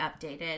updated